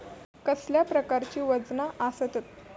कसल्या प्रकारची वजना आसतत?